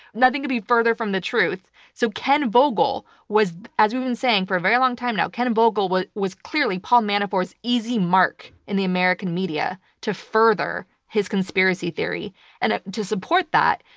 nothing could be further from the truth. so ken vogel was, as we've been saying for a very long time now, ken vogel but was clearly paul manafort's easy mark in the american media to further his conspiracy theory and to support that.